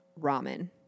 Ramen